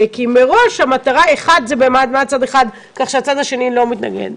מראש זה במעמד צד אחד, כך שהצד השני לא מתנגד.